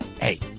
hey